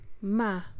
Ma